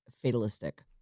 fatalistic